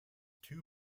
two